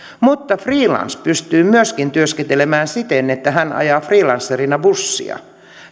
mutta freelancer pystyy myöskin työskentelemään esimerkiksi siten että hän ajaa freelancerina bussia